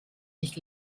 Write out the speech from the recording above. nicht